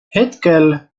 hetkel